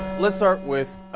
let's start with ah.